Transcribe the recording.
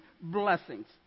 blessings